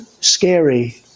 scary